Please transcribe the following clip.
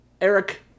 Eric